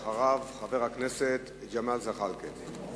אחריו, חבר הכנסת ג'מאל זחאלקה.